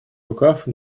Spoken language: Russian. рукав